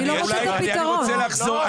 יש עיקרון שאומר תקציב הולך אחרי האדם.